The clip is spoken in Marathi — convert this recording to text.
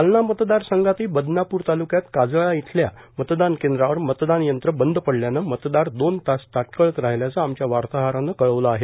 जालना मतदार संघातही बदनापूर तालुक्यात काजळा इथल्या मतदान केंद्रावर मतदान यंत्र बंद पडल्यानं मतदार दोन तास ताटकळत राहिल्याचं आमच्या वार्ताहरानं कळवलं आहे